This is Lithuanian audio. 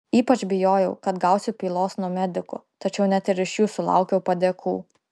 ypač bijojau kad gausiu pylos nuo medikų tačiau net ir iš jų sulaukiau padėkų